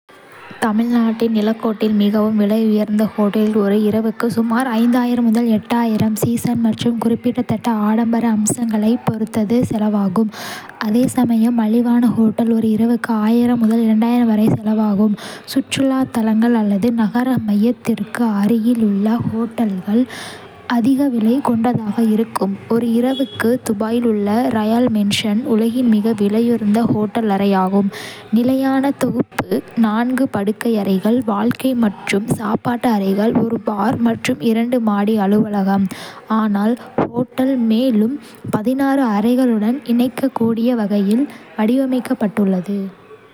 தமிழ்நாட்டின் நிலக்கோட்டையில், மிகவும் விலையுயர்ந்த ஹோட்டலில் ஒரு இரவுக்கு சுமார் சீசன் மற்றும் குறிப்பிட்ட ஆடம்பர அம்சங்களைப் பொறுத்து) செலவாகும், அதே சமயம் மலிவான ஹோட்டல் ஒரு இரவுக்கு முதல் வரை செலவாகும். சுற்றுலா தலங்கள் அல்லது நகர மையத்திற்கு அருகில் உள்ள ஹோட்டல்கள் அதிக விலை கொண்டதாக இருக்கும். ஒரு இரவுக்கு துபாயில் உள்ள ராயல் மேன்ஷன், உலகின் மிக விலையுயர்ந்த ஹோட்டல் அறை ஆகும். நிலையான தொகுப்பு, நான்கு படுக்கையறைகள், வாழ்க்கை மற்றும் சாப்பாட்டு அறைகள், ஒரு பார், மற்றும் இரண்டு மாடி அலுவலகம் - ஆனால் ஹோட்டல் மேலும் 16 அறைகளுடன் இணைக்கக்கூடிய வகையில் வடிவமைக்கப்பட்டுள்ளது.